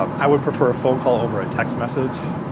um i would prefer a phone call over a text message.